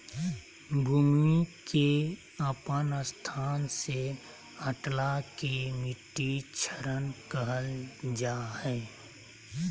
भूमि के अपन स्थान से हटला के मिट्टी क्षरण कहल जा हइ